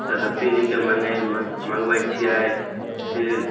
सरस्वती जी के मँगै मँगबै छियै फेर